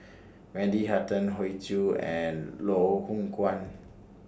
Wendy Hutton Hoey Choo and Loh Hoong Kwan